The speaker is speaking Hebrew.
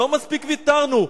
לא מספיק ויתרנו?